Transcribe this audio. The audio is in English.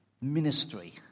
ministry